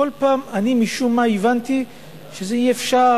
כל פעם משום מה אני הבנתי שאי-אפשר,